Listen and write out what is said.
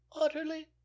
Utterly